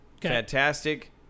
Fantastic